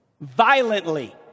violently